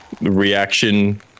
Reaction